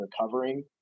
recovering